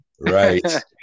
Right